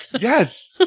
Yes